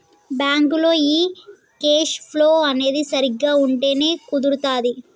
బ్యాంకులో ఈ cash flow అనేది సరిగ్గా ఉంటేనే కుదురుతాది